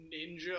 ninja